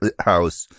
house